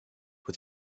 with